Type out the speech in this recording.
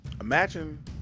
Imagine